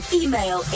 email